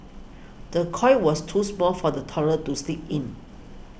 the cot was too small for the toddler to sleep in